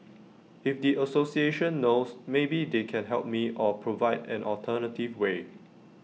if the association knows maybe they can help me or provide an alternative way